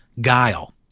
guile